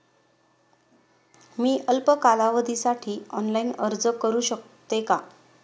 मी अल्प कालावधीसाठी ऑनलाइन अर्ज करू शकते का?